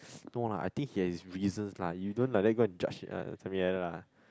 no lah I think he has his reasons lah you don't like that go and judge something like that lah